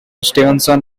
stevenson